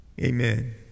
amen